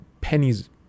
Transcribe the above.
pennies